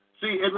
See